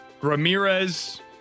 Ramirez